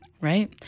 Right